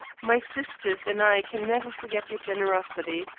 my sisters and i can never forget your generosity.